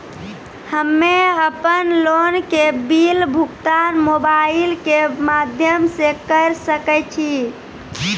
हम्मे अपन लोन के बिल भुगतान मोबाइल के माध्यम से करऽ सके छी?